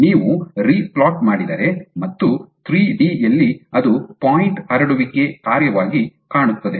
ನೀವು ರಿಪ್ಲೋಟ್ ಮಾಡಿದರೆ ಮತ್ತು ತ್ರಿಡಿ ಯಲ್ಲಿ ಅದು ಪಾಯಿಂಟ್ ಹರಡುವಿಕೆ ಕಾರ್ಯವಾಗಿ ಕಾಣುತ್ತದೆ